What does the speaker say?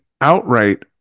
outright